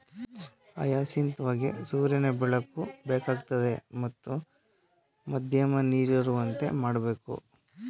hyacinth ಹೂಗೆ ಸೂರ್ಯನ ಬೆಳಕು ಬೇಕಾಗ್ತದೆ ಮತ್ತು ಮಧ್ಯಮ ನೀರಿರುವಂತೆ ಮಾಡ್ಬೇಕು